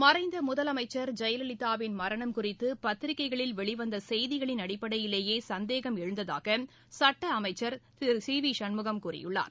மறைந்த முதலமைச்சர் ஜெயலலிதாவின் மரணம் குறித்து பத்திரிக்கைகளில் வெளிவந்த செய்திகளின் அடிப்படையிலேயே சந்தேகம் எழுந்ததாக சுட்ட அமைச்சர் திரு சி வி சண்முகம் கூறியுள்ளார்